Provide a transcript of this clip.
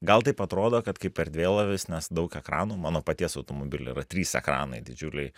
gal taip atrodo kad kaip erdvėlaivis nes daug ekranų mano paties automobily yra trys ekranai didžiuliai